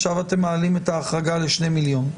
עכשיו אתם מעלים את ההחרגה לשני מיליון.